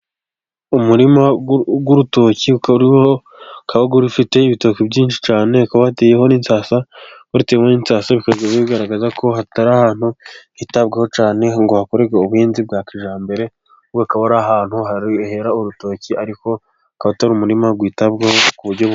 Umurima w'urutoki ukaba ufite ibitoki byinshi cyane, hakaba hateyeho n'insasa, bikaba bigaragaza ko atari ahantu hitabwaho cyane ngo hakorerwe ubuhinzi bwa kijyambere. Ahubwo akaba ari ahantu hera urutoki, ariko akab atari umurima witabwaho ku buryo bu...